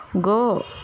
go